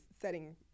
setting